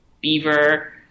Beaver